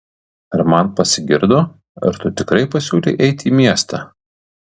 ar man pasigirdo ar tu tikrai pasiūlei eiti į miestą